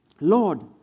Lord